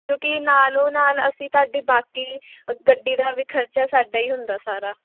ਕਿਉਂਕਿ ਨਾਲੋਂ ਨਾਲ ਅਸੀਂ ਤੁਹਾਡੇ ਬਾਕੀ ਗੱਡੀ ਦਾ ਵੀ ਖਰਚਾ ਸਾਡਾ ਹੀ ਹੁੰਦਾ ਸਾਰਾ